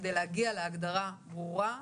כדי להגיע להגדרה ברורה,